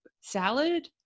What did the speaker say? salad